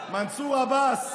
מנסור עבאס,